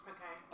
Okay